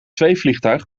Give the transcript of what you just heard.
zweefvliegtuig